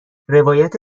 روایت